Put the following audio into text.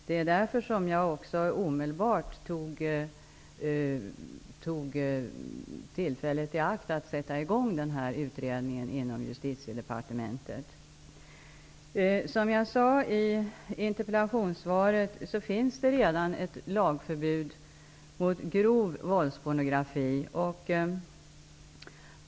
Det är därför som jag omedelbart tog tillfället i akt att sätta i gång den här utredningen inom Som jag sade i interpellationssvaret finns det redan ett lagförbud mot grov våldspornografi.